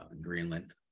Greenland